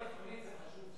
מבחינה ביטחונית חשוב שנוותר.